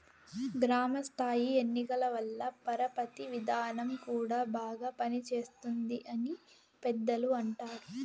గ్రామ స్థాయి ఎన్నికల వల్ల పరపతి విధానం కూడా బాగా పనిచేస్తుంది అని పెద్దలు అంటారు